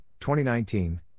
2019